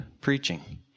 preaching